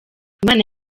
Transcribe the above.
imana